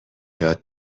یاد